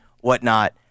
whatnot